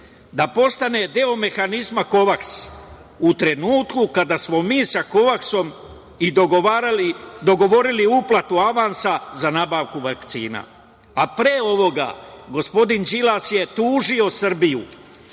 da postane deo mehanizma Kovaks u trenutku kada smo mi sa Kovaksom i dogovorili uplatu avansa za nabavku vakcina. Pre ovoga, gospodin Đilas je tužio Srbiju,